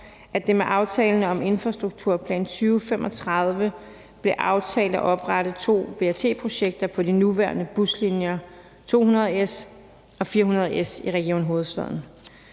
at det med aftalen om »Infrastrukturplan 2035« blev aftalt at oprette to BRT-projekter på de nuværende buslinjer 200S og 400S i Region Hovedstaden.